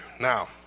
Now